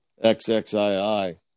XXII